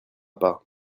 pas